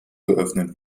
geöffnet